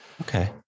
Okay